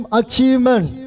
achievement